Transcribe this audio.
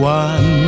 one